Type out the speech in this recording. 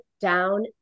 down